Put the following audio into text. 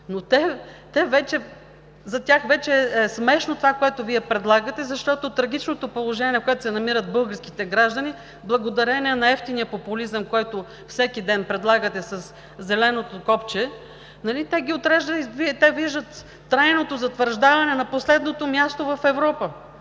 Но за тях вече е смешно това, което Вие предлагате, защото трагичното положение, в което се намират българските граждани, благодарение на евтиния популизъм, който всеки ден предлагате със зеленото копче… Нали те виждат трайното затвърждаване на последното ни място в Европа.